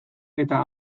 eta